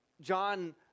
John